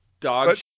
Dog